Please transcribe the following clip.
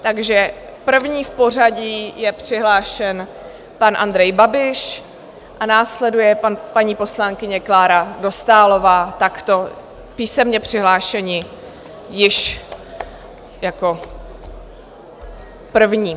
Takže první v pořadí je přihlášen pan Andrej Babiš, a následuje paní poslankyně Klára Dostálová, takto písemně přihlášeni již jako první.